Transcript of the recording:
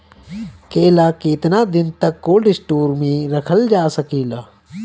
केला केतना दिन तक कोल्ड स्टोरेज में रखल जा सकेला?